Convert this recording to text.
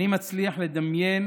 איני מצליח לדמיין